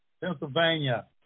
Pennsylvania